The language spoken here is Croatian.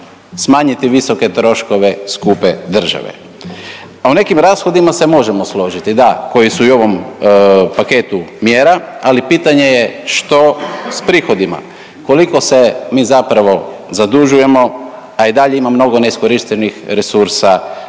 smanjiti visoke troškove skupe države, a o nekim rashodima se možemo složiti. Da, koji su i ovom paketu mjera, ali pitanje je što s prihodima. Koliko se mi zapravo zadužujemo, a i dalje ima mnogo neiskorištenih resursa